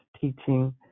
teaching